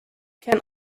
can